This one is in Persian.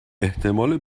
احتمال